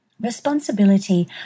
Responsibility